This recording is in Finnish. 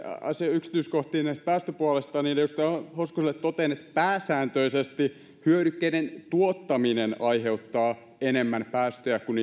yksityiskohtiin päästöpuolesta niin edustaja hoskoselle totean että pääsääntöisesti hyödykkeiden tuottaminen aiheuttaa enemmän päästöjä kuin